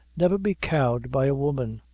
never be cowed by a woman.